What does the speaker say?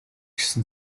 гэсэн